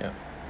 yup